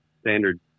standard